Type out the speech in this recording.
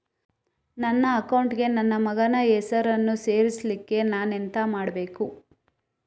ನನ್ನ ಅಕೌಂಟ್ ಗೆ ನನ್ನ ಮಗನ ಹೆಸರನ್ನು ಸೇರಿಸ್ಲಿಕ್ಕೆ ನಾನೆಂತ ಮಾಡಬೇಕು?